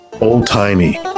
old-timey